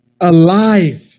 alive